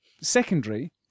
secondary